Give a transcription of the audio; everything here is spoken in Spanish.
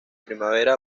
primavera